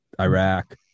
iraq